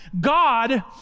God